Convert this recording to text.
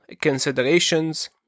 considerations